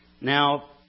Now